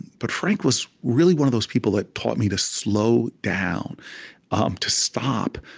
but frank was really one of those people that taught me to slow down um to stop,